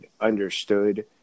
understood